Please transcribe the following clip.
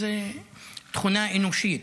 זו תכונה אנושית.